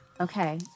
Okay